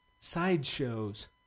Sideshows